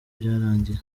byarangiye